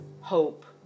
hope